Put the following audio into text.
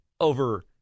over